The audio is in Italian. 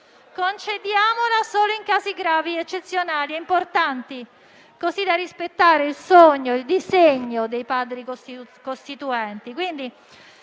Concediamola solo in casi gravi, eccezionali e importanti, così da rispettare il sogno e il disegno dei padri costituenti.